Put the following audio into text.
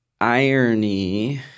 irony